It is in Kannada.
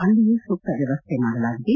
ಅಲ್ಲಿಯೂ ಸೂಕ್ತ ವ್ಲವಶ್ನೆ ಮಾಡಲಾಗಿದೆ